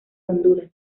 honduras